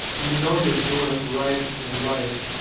you know you're doing it right in life